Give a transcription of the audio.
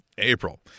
april